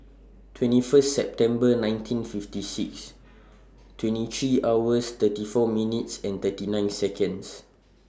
twenty First September nineteen fifty six twenty three hours thirty four minutes and thirty nine Seconds